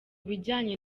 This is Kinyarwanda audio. bijyanye